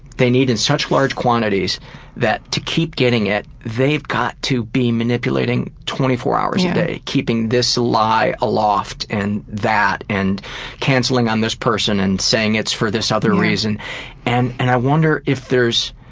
they need in such large quantities that to keep getting it, they've got to be manipulating twenty four hours a day. keeping this lie aloft and that and canceling on this person and saying it's for this other reason and, and i wonder if there's.